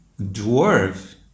dwarf